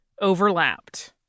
overlapped